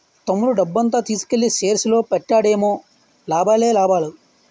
తమ్ముడు డబ్బంతా తీసుకెల్లి షేర్స్ లో పెట్టాడేమో లాభాలే లాభాలు